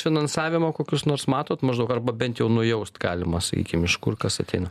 finansavimo kokius nors matot maždaug arba bent jau nujaust galima sakykim iš kur kas ateina